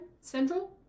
Central